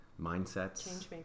mindsets